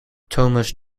thomas